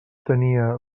tenia